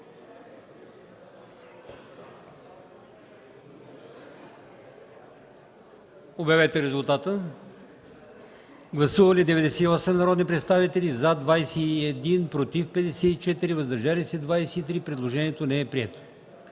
от комисията. Гласували 96 народни представители: за 15, против 61, въздържали се 20. Предложението не е прието.